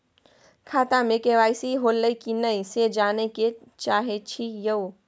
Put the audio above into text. खाता में के.वाई.सी होलै की नय से जानय के चाहेछि यो?